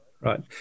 right